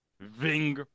Ving